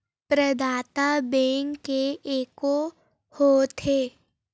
प्रदाता बैंक के एके होथे?